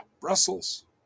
Brussels